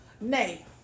Nay